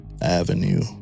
Avenue